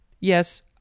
yes